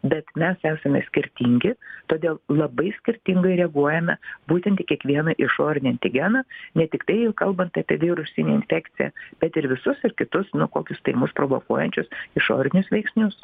bet mes esame skirtingi todėl labai skirtingai reaguojame būtent į kiekvieną išorinį antigeną ne tiktai kalbant apie virusinę infekciją bet ir visus ir kitus nu kokius tai mus provokuojančius išorinius veiksnius